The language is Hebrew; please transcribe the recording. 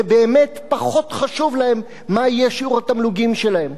ובאמת פחות חשוב להם מה יהיה שיעור התמלוגים שלהם.